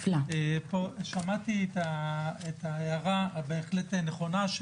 שמעתי את ההערה שבהחלט נכונה,